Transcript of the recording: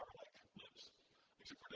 like blips except